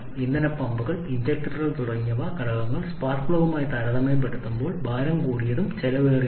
ഇന്ധന പമ്പുകൾ ഇൻജക്ടറുകൾ തുടങ്ങിയ ഘടകങ്ങൾ സ്പാർക്ക് പ്ലഗുമായി താരതമ്യപ്പെടുത്തുമ്പോൾ ഭാരം കൂടിയതും ചെലവേറിയതുമാണ്